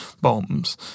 bombs